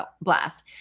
blast